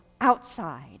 outside